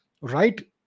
right